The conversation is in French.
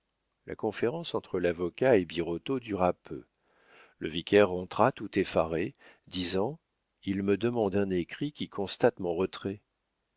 la conférence entre l'avocat et birotteau dura peu le vicaire rentra tout effaré disant il me demande un écrit qui constate mon retrait